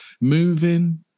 Moving